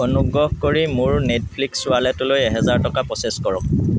অনুগ্ৰহ কৰি মোৰ নেটফ্লিক্স ৱালেটলৈ এহেজাৰ টকা প্ৰ'চেছ কৰক